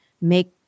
make